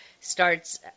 starts